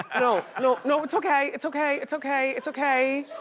and no, no, no, it's okay, it's okay, it's okay, it's okay.